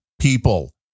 people